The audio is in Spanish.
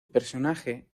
personaje